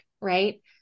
right